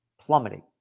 plummeting